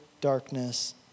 darkness